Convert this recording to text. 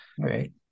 Right